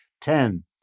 ten